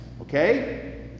okay